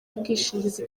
y’ubwishingizi